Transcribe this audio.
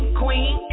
queen